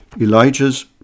Elijah's